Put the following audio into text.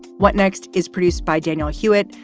what next is produced by daniel hewitt,